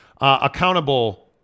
Accountable